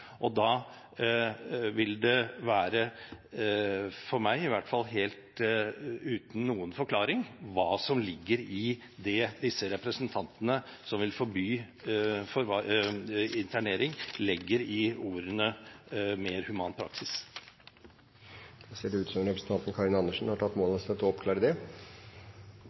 Da vil det, for meg i hvert fall, være helt uten noen forklaring hva disse representantene som vil forby internering, legger i ordene «mer human praksis». Jeg tror representanten Myhre må ha lest innstillingen og forslaget veldig dårlig, for både i forslaget og i merknadene står det